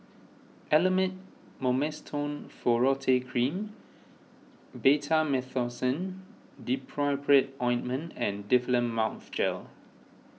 Elomet Mometasone Furoate Cream Betamethasone Dipropionate Ointment and Difflam Mouth Gel